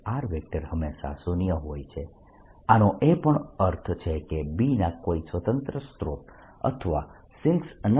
B હંમેશા શૂન્ય હોય છે આનો એ પણ અર્થ છે કે B ના કોઈ સ્વતંત્ર સ્રોત અથવા સિંકસ નથી